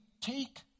take